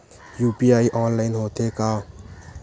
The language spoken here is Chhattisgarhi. यू.पी.आई ऑनलाइन होथे का?